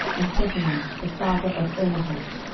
and tehinnah the father of irnahash.